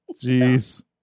jeez